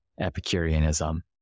Epicureanism